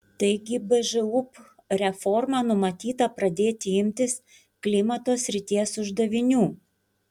taigi bžūp reforma numatyta pradėti imtis klimato srities uždavinių